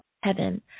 heaven